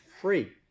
free